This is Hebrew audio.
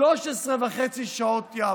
13.5 שעות יעבדו.